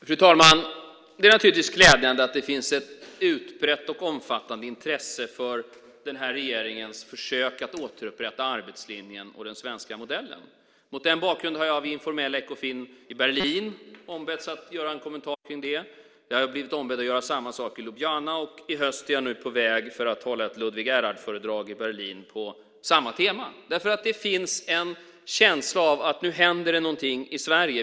Fru talman! Det är naturligtvis glädjande att det finns ett utbrett och omfattande intresse för den här regeringens försök att återupprätta arbetslinjen och den svenska modellen. Mot den bakgrunden har jag vid informella Ekofin i Berlin ombetts göra en kommentar kring detta. Jag har blivit ombedd att göra samma sak i Ljubljana, och nu i höst är jag på väg för att hålla ett Ludwig Erhard-föredrag i Berlin på samma tema. Det finns nämligen en känsla av att nu händer det någonting i Sverige.